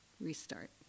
restart